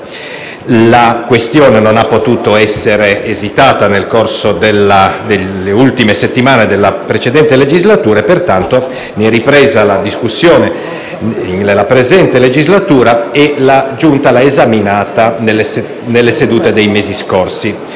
La questione non ha potuto essere esitata nel corso delle ultime settimane della precedente legislatura, pertanto ne è ripresa la discussione nella presente legislatura e la Giunta delle elezioni e delle immunità parlamentari